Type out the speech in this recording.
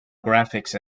graphics